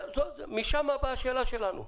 ומשם באה השאלה שלנו,